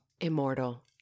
Immortal